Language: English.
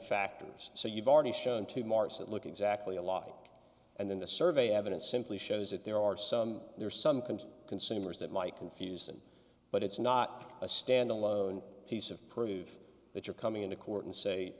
factors so you've already shown two marks that look exactly alike and then the survey evidence simply shows that there are some there are some kind of consumers that might confuse them but it's not a standalone piece of prove that you're coming into court and say